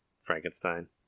Frankenstein